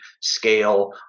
scale